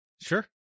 Sure